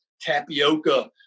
tapioca